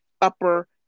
upper